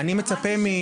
אני מצפה ממך.